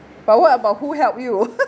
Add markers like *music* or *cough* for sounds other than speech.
but what about who help you *laughs*